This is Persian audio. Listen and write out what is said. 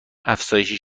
افزایشی